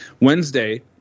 Wednesday